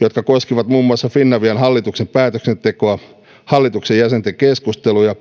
jotka koskivat muun muassa finavian hallituksen päätöksentekoa hallituksen jäsenten keskusteluja